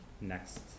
next